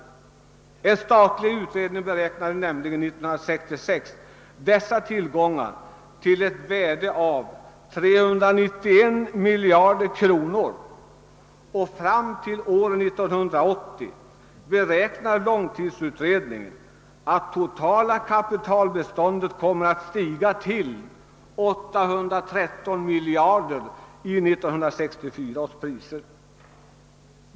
Enligt en statlig utredning hade år 1966 dessa tillgångar ett värde av 391 miljarder kronor, och fram till år 1980 beräknar långtidsutredningen att det totala kapitalbeståndet kommer att stiga till 813 miljarder i 1964 års priser.